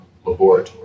laboratory